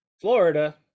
Florida